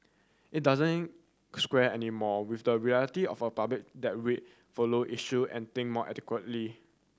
it doesn't square anymore with the reality of a public that read follow issue and think more adequately